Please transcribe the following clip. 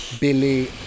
Billy